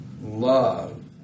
love